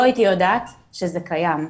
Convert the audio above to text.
לא הייתי יודעת שזה קיים.